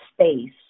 space